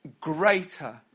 greater